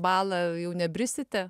balą jau nebrisite